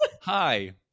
hi